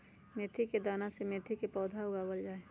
मेथी के दाना से मेथी के पौधा उगावल जाहई